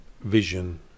vision